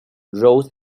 rows